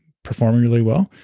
performing really well,